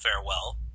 farewell